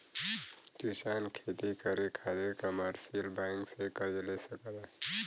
किसान खेती करे खातिर कमर्शियल बैंक से कर्ज ले सकला